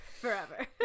forever